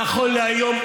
נכון להיום,